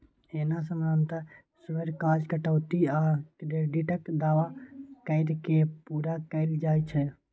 एना सामान्यतः स्वीकार्य कटौती आ क्रेडिटक दावा कैर के पूरा कैल जाइ छै